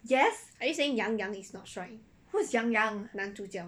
are you saying yang yang is not 帅